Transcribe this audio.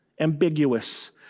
ambiguous